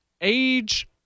age